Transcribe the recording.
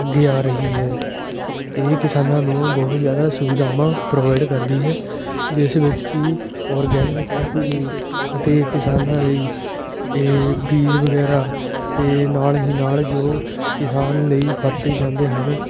ਅੱਗੇ ਆ ਰਹੀ ਹੈ ਇਹ ਕਿਸਾਨਾਂ ਨੂੰ ਬਹੁਤ ਜ਼ਿਆਦਾ ਸੁਵਿਧਾਵਾਂ ਪ੍ਰੋਵਾਈਡ ਕਰਦੀ ਹੈ ਜਿਸ ਵਿੱਚ ਕਿ ਆਰਗੈਨਿਕ ਖੇਤੀ ਲਈ ਅਤੇ ਕਿਸਾਨਾਂ ਲਈ ਇਹ ਬੀਜ ਵਗੈਰਾ ਅਤੇ ਨਾਲ ਹੀ ਨਾਲ ਜੋ ਕਿਸਾਨ ਲਈ ਵਰਤੇ ਜਾਂਦੇ ਹਨ